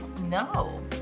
no